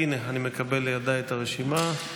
הינה, אני מקבל לידיי את הרשימה.